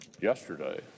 Yesterday